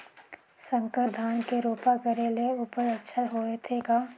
संकर धान के रोपा करे ले उपज अच्छा होथे का?